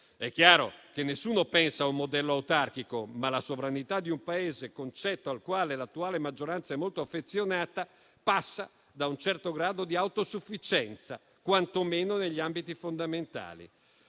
È chiaro che nessuno pensa a un modello autarchico, ma la sovranità di un Paese, concetto al quale l'attuale maggioranza è molto affezionata, passa da un certo grado di autosufficienza, quantomeno negli ambiti fondamentali,